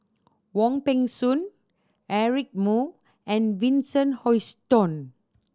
Wong Peng Soon Eric Moo and Vincent Hoisington